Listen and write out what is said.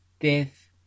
death